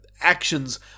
actions